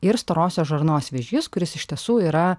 ir storosios žarnos vėžys kuris iš tiesų yra